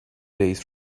days